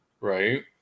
Right